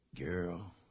Girl